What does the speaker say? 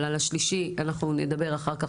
אבל על השלישי אנחנו נדבר אחר כך.